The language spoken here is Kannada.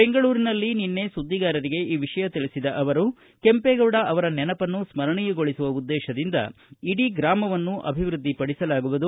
ಬೆಂಗಳೂರಿನಲ್ಲಿ ನಿನ್ನೆ ಸುದ್ವಿಗಾರರಿಗೆ ಈ ವಿಷಯ ತಿಳಿಸಿದ ಅವರು ಕೆಂಪೆಗೌಡ ಅವರ ನೆನಪನ್ನು ಸ್ಮರಣೀಯಗೊಳಿಸುವ ಉದ್ದೇಶದಿಂದ ಇಡೀ ಗ್ರಾಮವನ್ನು ಅಭಿವೃದ್ಧಿಪಡಿಸಲಾಗುವುದು